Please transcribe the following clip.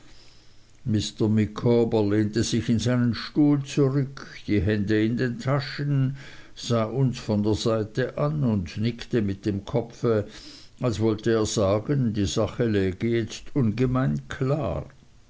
lehnte sich in seinen stuhl zurück die hände in den taschen sah uns von der seite an und nickte mit dem kopfe als wollte er sagen die sache läge jetzt ungemein klar